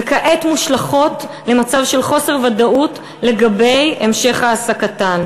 וכעת מושלכות למצב של חוסר ודאות לגבי המשך העסקתן.